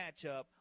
matchup